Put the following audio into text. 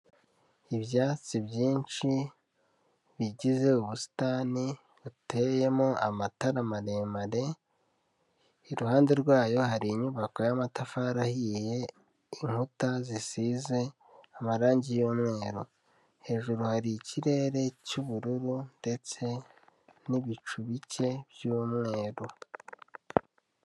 Ibyatsi byinshi bigize ubusitani buteyemo amatara maremare, iruhande rwayo hari inyubako y'amatafari ahiye inkuta zisize amarangi ry'umweru, hejuru hari ikirere cy'ubururu ndetse n'ibicu bike by'umweru.